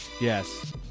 Yes